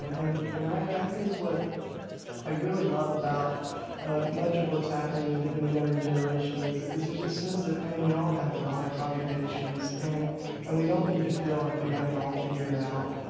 and and i i think, what i really love about ah much of what's happening in in the younger generation is is there's a sense that, man, we all have a lot of contradictions and and we don't need to feel like we have it all figured out.